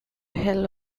hell